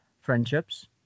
Friendships